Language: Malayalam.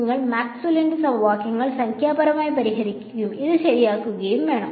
നിങ്ങൾ മാക്സ്വെല്ലിന്റെ സമവാക്യങ്ങൾ സംഖ്യാപരമായി പരിഹരിക്കുകയും ഇത് ശരിയാക്കുകയും വേണം